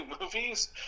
movies